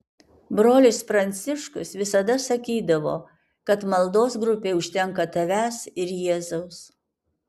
brolis pranciškus visada sakydavo kad maldos grupei užtenka tavęs ir jėzaus